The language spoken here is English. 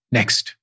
Next